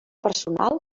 personal